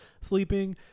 sleeping